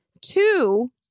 two